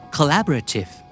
Collaborative